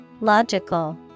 Logical